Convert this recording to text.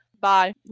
bye